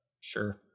sure